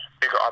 bigger